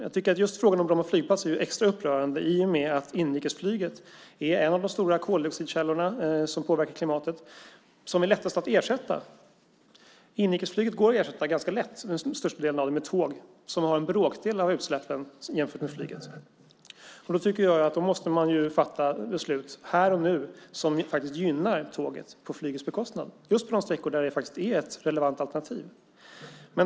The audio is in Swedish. Jag tycker att just frågan om Bromma flygplats är extra upprörande, i och med att inrikesflyget är en av de stora koldioxidkällor som påverkar klimatet som är lättast att ersätta. Inrikesflyget går ganska lätt att ersätta till största delen med tåg, som har en bråkdel av utsläppen jämfört med flyget. Då måste man fatta beslut här och nu som gynnar tåget på flygets bekostnad, just på de sträckor där tåg är ett relevant alternativ.